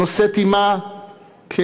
נושאת עמה כאב